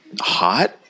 Hot